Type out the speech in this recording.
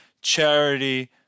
charity